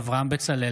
אברהם בצלאל,